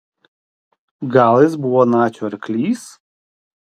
gal jis buvo nacių arklys